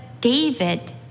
David